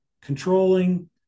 controlling